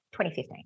2015